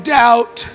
doubt